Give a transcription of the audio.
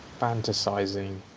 fantasizing